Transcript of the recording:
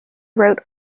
wrote